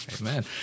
Amen